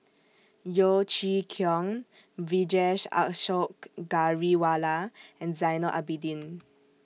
Yeo Chee Kiong Vijesh Ashok Ghariwala and Zainal Abidin